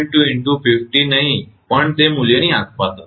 2 × 50 નહીં પણ તે મૂલ્યની આસપાસ તે હશે